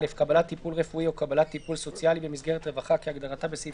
(א)קבלת טיפול רפואי או קבלת טיפול סוציאלי במסגרת רווחה כהגדרתה בסעיף